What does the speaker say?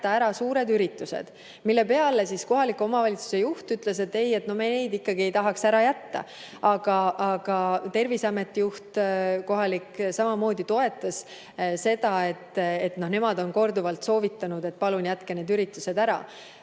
ära suured üritused. Aga selle peale kohaliku omavalitsuse juht ütles, et ei, me neid ikkagi ei tahaks ära jätta. Kohalik Terviseameti juht samamoodi toetas seda ja kinnitas, et nemad on korduvalt soovitanud, et palun, jätke need üritused ära.